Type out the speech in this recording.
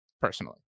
personally